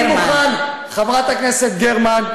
אני מוכן, חברת הכנסת גרמן.